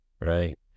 right